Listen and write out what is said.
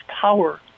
power